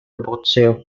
boxeo